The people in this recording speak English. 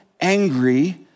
angry